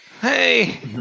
Hey